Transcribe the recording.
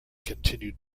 continued